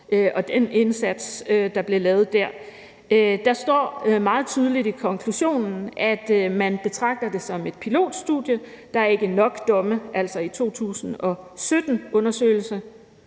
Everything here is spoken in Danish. og den indsats, der blev lavet der. Der står meget tydeligt i konklusionen, at man betragter det som et pilotstudie; der er ikke nok domme, altså i 2017-undersøgelsen,